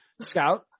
scout